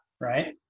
right